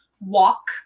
walk